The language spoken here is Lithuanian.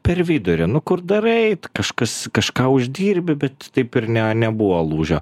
per vidurį nu kur dar eit kažkas kažką uždirbi bet taip ir ne nebuvo lūžio